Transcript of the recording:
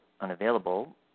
unavailable